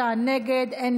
42 בעד, 25 נגד, אין נמנעים.